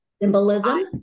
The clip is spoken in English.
symbolism